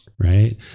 right